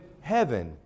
heaven